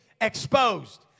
exposed